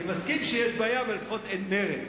אני מסכים שיש בעיה, אבל לפחות אין מרד.